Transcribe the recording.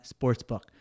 sportsbook